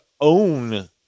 own